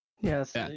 yes